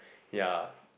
ya